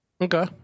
okay